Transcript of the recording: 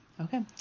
Okay